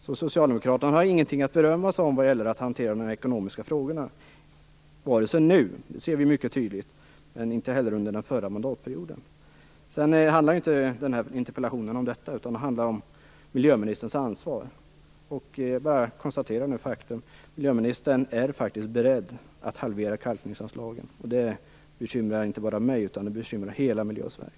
Så Socialdemokraterna har inget att berömma sig för vad gäller hanteringen av de ekonomiska frågorna, vare sig nu - det ser vi mycket tydligt - eller under den förra mandatperioden. Den här interpellationen handlar nu inte om detta utan om miljöministerns ansvar. Jag bara konstaterar faktum, att miljöministern faktiskt är beredd att halvera kalkningsanslagen, och detta bekymrar inte bara mig, utan det bekymrar hela Miljösverige.